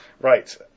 Right